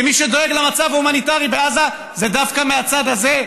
כי מי שדואג למצב ההומניטרי בעזה זה דווקא מהצד הזה,